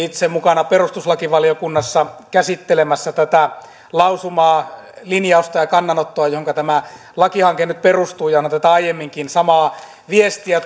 itse mukana perustuslakivaliokunnassa käsittelemässä tätä lausumaa linjausta ja kannanottoa johonka tämä lakihanke nyt perustuu ja onhan tätä aiemminkin samaa viestiä